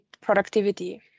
productivity